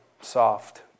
Soft